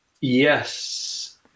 Yes